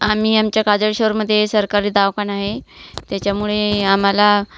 आम्ही आमच्या काजळीश्वरमध्ये सरकारी दवाखाना आहे त्याच्यामुळे आम्हाला